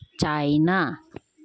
China